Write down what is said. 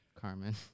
Carmen